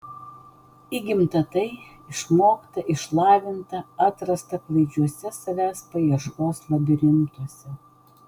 įgimta tai išmokta išlavinta atrasta klaidžiuose savęs paieškos labirintuose